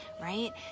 right